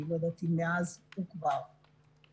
אני לא יודעת אם מאז הוא כבר התקיים.